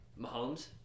Mahomes